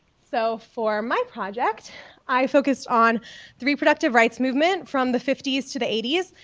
so for my project i focused on the reproductive rights movement from the fifty s to the eighty s,